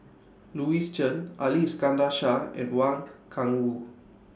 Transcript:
Louis Chen Ali Iskandar Shah and Wang Gungwu